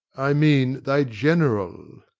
i mean thy general.